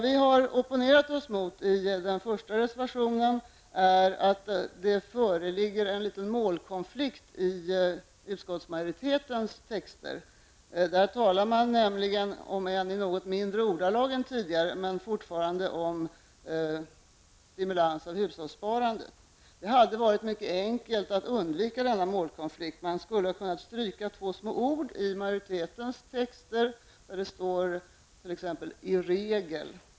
I reservation 2 har vi opponerat oss mot att det föreligger en liten målkonflikt i utskottsmajoritetens texter. Där skrivs det nämligen fortfarande, om än i försiktigare ordalag än tidigare, om stimulans av hushållssparandet. Det hade varit mycket enkelt att undvika denna målkonflikt. Man skulle ha kunnat stryka två små ord i majoritetens texter. Det står t.ex. ''i regel''.